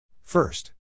first